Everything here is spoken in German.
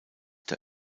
der